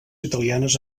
italianes